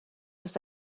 ist